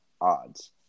odds